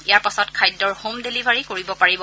ইয়াৰ পাছত খাদ্যৰ home delivery কৰিব পাৰিব